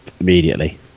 immediately